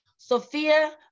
Sophia